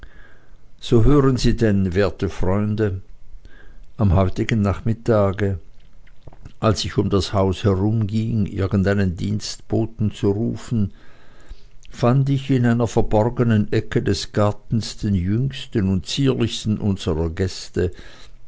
so hören sie denn werte freunde am heutigen nachmittage als ich um das haus herumging irgendeinen dienstboten zu rufen fand ich in einer verborgenen ecke des gartens den jüngsten und zierlichsten unserer gäste